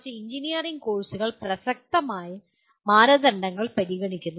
കുറച്ച് എഞ്ചിനീയറിംഗ് കോഴ്സുകൾ പ്രസക്തമായ മാനദണ്ഡങ്ങൾ പരിഗണിക്കുന്നു